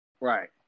Right